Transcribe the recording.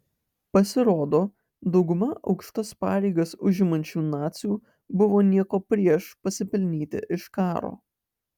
pasirodo dauguma aukštas pareigas užimančių nacių buvo nieko prieš pasipelnyti iš karo